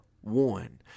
one